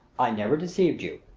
i never deceived you.